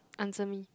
answer me